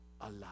alive